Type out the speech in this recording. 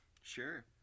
Sure